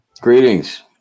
Greetings